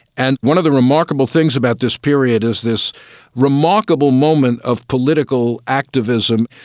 and one of the remarkable things about this period is this remarkable moment of political activism.